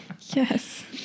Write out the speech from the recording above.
yes